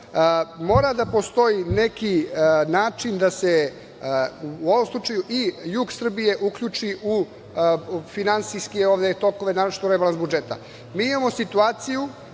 Mora da postoji neki način da se i jug Srbije uključi u finansijske tokove, naročito u rebalans budžeta. Mi imamo situaciju